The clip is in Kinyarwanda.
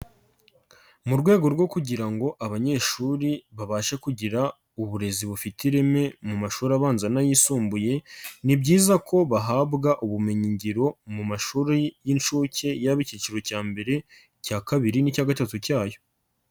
Mu rwego rwo kugira ngo abanyeshuri babashe kugira uburezi bufite ireme mu mashuri abanza n'ayisumbuye, ni byiza ko bahabwa ubumenyingiro mu mashuri y'inshuke yaba ikiciro cya mbere, icya kabiri n'icya gatatu cyayo.